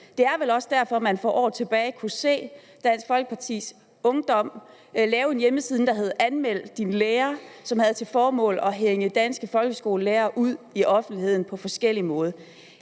Det er vel også derfor, man for år tilbage kunne se Dansk Folkepartis Ungdom lave hjemmesiden, der hed »Anmeld din lærer«, som havde til formål at hænge danske folkeskolelærere ud i offentligheden på forskellig måde.